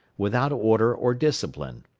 without order or discipline.